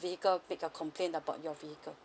vehicle make a complain about your vehicle